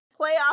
Playoffs